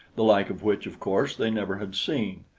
the like of which, of course, they never had seen.